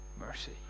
mercy